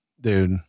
dude